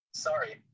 sorry